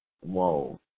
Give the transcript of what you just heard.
Whoa